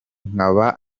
nkaba